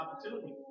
opportunity